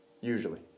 usually